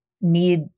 need